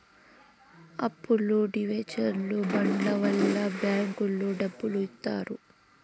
అప్పులు డివెంచర్లు బాండ్ల వల్ల బ్యాంకులో డబ్బులు ఇత్తారు